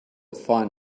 find